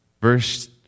verse